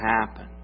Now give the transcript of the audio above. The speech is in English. happen